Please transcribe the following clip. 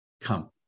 come